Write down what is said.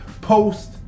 post